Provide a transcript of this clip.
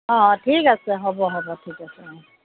অ ঠিক আছে হ'ব হ'ব ঠিক আছে অ